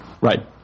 Right